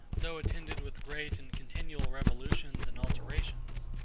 though attended with great and continual revolutions and alterations.